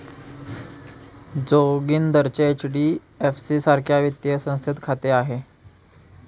जोगिंदरचे एच.डी.एफ.सी सारख्या वित्तीय संस्थेत खाते आहे